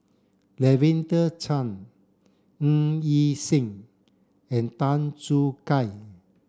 Lavender Chang Ng Yi Sheng and Tan Choo Kai